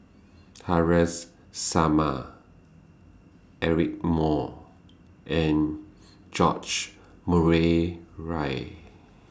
Haresh Sharma Eric Moo and George Murray Reith